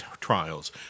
trials